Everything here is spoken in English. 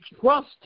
trust